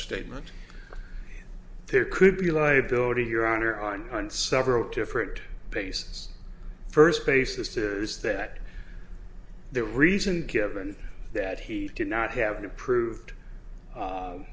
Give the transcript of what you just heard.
statement there could be liability your honor on several different bases first basis is that the reason given that he did not have an approved